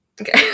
Okay